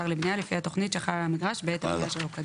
לבנייה לפי התוכנית שחלה על המגרש בעת הבנייה שלא כדין".